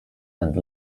and